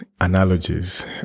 analogies